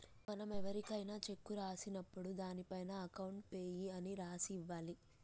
మనం ఎవరికైనా శెక్కు ఇచ్చినప్పుడు దానిపైన అకౌంట్ పేయీ అని రాసి ఇవ్వాలి